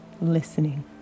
listening